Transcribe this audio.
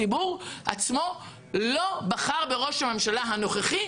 הציבור עצמו לא בחר בראש הממשלה הנוכחי.